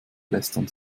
lästern